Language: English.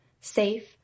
safe